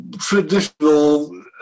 traditional